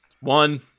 One